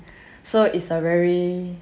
so it's a very